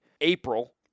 April